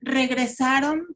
regresaron